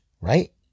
right